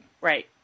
Right